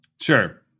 Sure